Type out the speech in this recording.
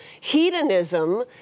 hedonism